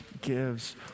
gives